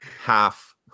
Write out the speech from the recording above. half